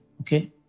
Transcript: okay